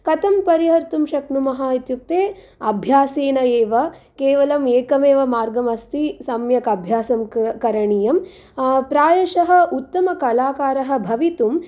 कथं परिहर्तुं शक्नुमः इत्युक्ते अभ्यासेन एव केवलम् एकम् एव मार्गम् अस्ति सम्यक् अभ्यासं क करणीयम् प्रायशः उत्तमकलाकारः भवितुं